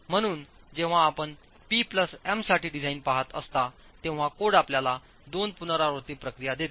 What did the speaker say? म्हणून जेव्हा आपण P प्लस M साठी डिझाइन पहात असता तेव्हा कोड आपल्याला दोन पुनरावृत्ती प्रक्रिया देते